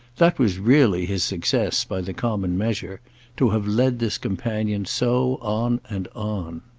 that was really his success by the common measure to have led this companion so on and on.